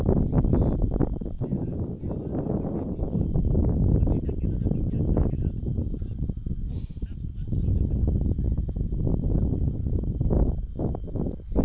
कुछ खाद में कई तत्व मिलल रहला